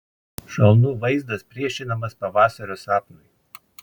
šalnų vaizdas priešinamas pavasario sapnui